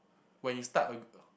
when you start a